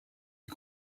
est